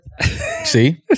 See